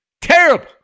Terrible